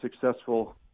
successful